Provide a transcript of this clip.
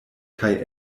kaj